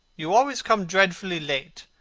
you always come dreadfully late.